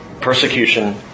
persecution